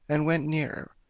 and went nearer,